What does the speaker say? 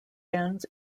ends